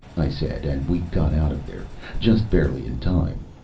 i said, and we got out of there just barely in time.